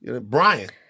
Brian